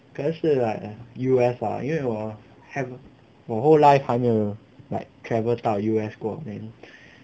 可能是 like U_S 吧因为我 have 我 whole life 还没有 like travel 到 U_S 过 then